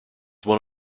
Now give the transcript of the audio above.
one